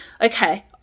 okay